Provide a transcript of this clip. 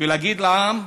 ולהגיד לעם: